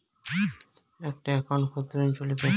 একটা একাউন্ট কতদিন চলিবে?